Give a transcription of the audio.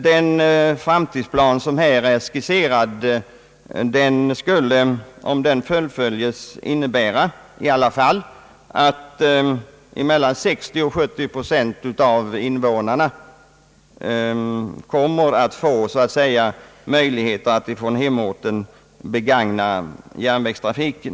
Den framtidsplan som här är skisserad skulle i alla fall, om den fullföljdes, innebära att mellan 60 och 70 procent av invånarna får möjligheter att från hemorten begagna järnvägstrafiken.